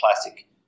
classic